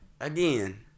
again